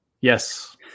yes